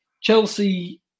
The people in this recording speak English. Chelsea